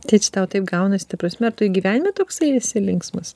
tai čia tau taip gaunasi ta prasme ar tu ir gyvenime toksai esi linksmas